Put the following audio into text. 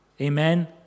Amen